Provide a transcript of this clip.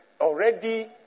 Already